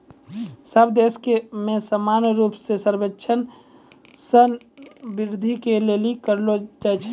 सब देश मे समान रूप से सर्वेक्षण धन वृद्धि के लिली करलो जाय छै